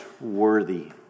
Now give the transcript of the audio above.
worthy